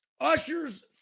Usher's